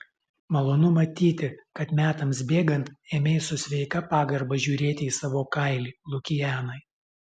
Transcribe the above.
malonu matyti kad metams bėgant ėmei su sveika pagarba žiūrėti į savo kailį lukianai